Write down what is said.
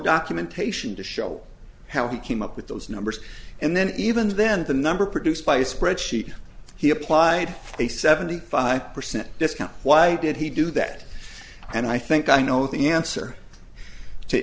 documentation to show how he came up with those numbers and then even then the number produced by spreadsheet he applied a seventy five percent discount why did he do that and i think i know the answer to